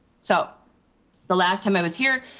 so the last time i was here,